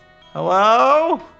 Hello